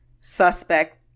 suspect